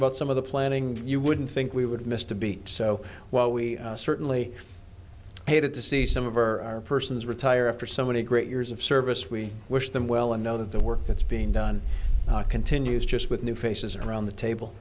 about some of the planning you wouldn't think we would missed a beat so while we certainly hated to see some of our persons retire after so many great years of service we wish them well and know that the work that's being done continues just with new faces around the table